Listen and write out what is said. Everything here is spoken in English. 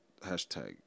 hashtag